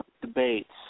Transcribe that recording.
debates